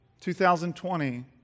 2020